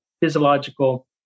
physiological